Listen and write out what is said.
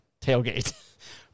tailgate